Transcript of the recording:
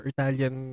Italian